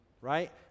right